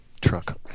truck